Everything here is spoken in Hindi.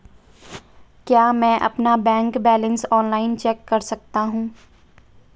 क्या मैं अपना बैंक बैलेंस ऑनलाइन चेक कर सकता हूँ?